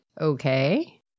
Okay